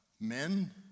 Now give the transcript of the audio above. Men